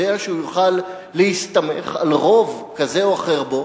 שהוא יוכל להסתמך על רוב כזה או אחר בו,